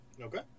Okay